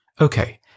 Okay